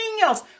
else